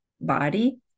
body